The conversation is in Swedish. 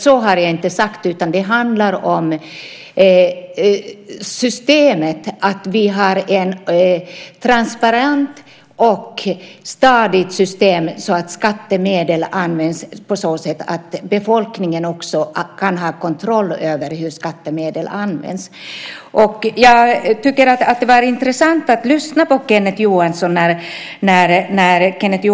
Så har jag inte sagt, utan det handlar om att ha ett transparent och stadigt system så att skattemedel används på så sätt att befolkningen också kan ha kontroll över hur skattemedel används. Jag tycker att det var intressant att lyssna på Kenneth Johansson.